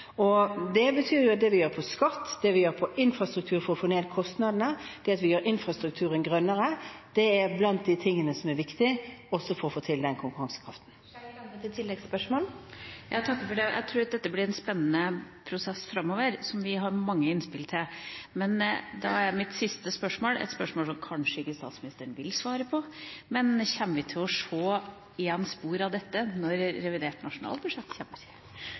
det må lønne seg å investere generelt. Det betyr at det vi gjør på skatt, det vi gjør på infrastruktur for å få ned kostnadene, det at vi gjør infrastrukturen grønnere, er blant de tingene som er viktig også for å få til den konkurransekraften. Jeg tror dette blir en spennende prosess framover, som vi har mange innspill til. Men – og dette er mitt siste spørsmål, et spørsmål som kanskje ikke statsministeren vil svare på – kommer vi til å se spor av dette når revidert nasjonalbudsjett